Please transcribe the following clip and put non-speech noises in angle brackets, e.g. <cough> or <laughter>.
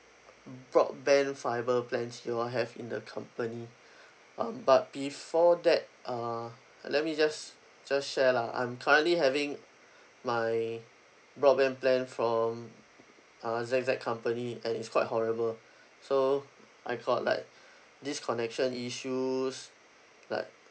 <noise> broadband fiber plans you all have in the company <breath> um but before that uh uh let me just s~ just share lah I'm currently having my broadband plan from a Z Z company and it's quite horrible so I got like disconnection issues like